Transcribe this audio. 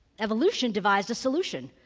evolution devised a solution,